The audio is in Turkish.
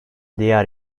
diğer